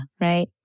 Right